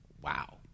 Wow